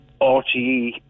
RTE